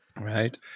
Right